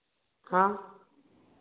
हाँ